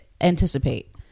anticipate